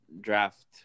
draft